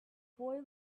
boy